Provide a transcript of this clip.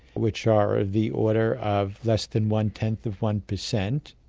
which are of the order of less than one-tenth of one percent,